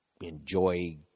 enjoy